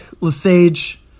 Lesage